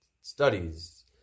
studies